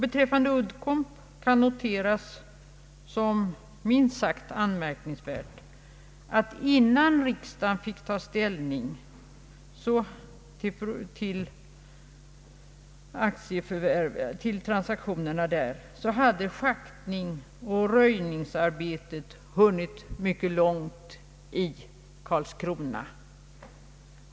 Beträffande Uddcomb kan noteras som minst sagt anmärkningsvärt, att innan riksdagen fick ta ställning till transaktionerna där hade schaktningsoch röjningsarbetet hunnit mycket långt i Karlskrona.